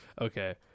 Okay